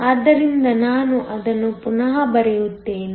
ಆದ್ದರಿಂದ ನಾನು ಅದನ್ನು ಪುನಃ ಬರೆಯುತ್ತೇನೆ